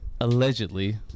allegedly